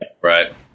Right